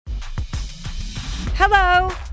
Hello